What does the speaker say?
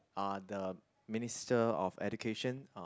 uh the Minister of Education uh